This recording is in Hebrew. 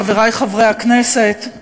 חברי חברי הכנסת,